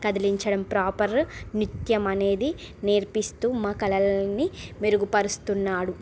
కదిలించడం ప్రాపర్ నిత్యం అనేది నేర్పిస్తూ మా కలలని మెరుగుపరుస్తున్నాడు